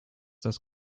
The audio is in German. das